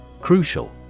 Crucial